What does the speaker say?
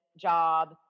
job